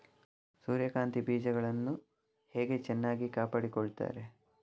ಸೂರ್ಯಕಾಂತಿ ಬೀಜಗಳನ್ನು ಹೇಗೆ ಚೆನ್ನಾಗಿ ಕಾಪಾಡಿಕೊಳ್ತಾರೆ?